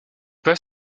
pas